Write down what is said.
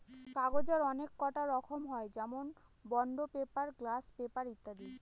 কাগজের অনেককটা রকম হয় যেমন বন্ড পেপার, গ্লাস পেপার ইত্যাদি